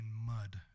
mud